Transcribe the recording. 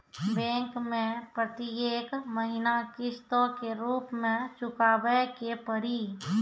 Bank मैं प्रेतियेक महीना किस्तो के रूप मे चुकाबै के पड़ी?